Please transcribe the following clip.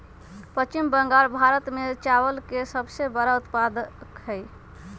पश्चिम बंगाल भारत में चावल के सबसे बड़ा उत्पादक हई